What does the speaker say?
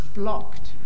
blocked